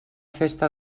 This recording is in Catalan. festa